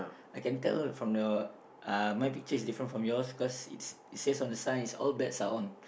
I can tell from your uh my picture is different from yours cause it it says on the sign all bets are on